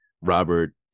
Robert